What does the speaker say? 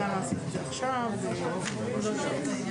נוסח משולב זה נוסח שלנו שיש לנו כאן מולנו.